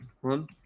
one